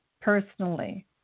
personally